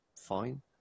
Fine